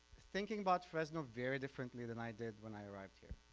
thinking about fresno very differently than i did when i arrived here,